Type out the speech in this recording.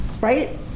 right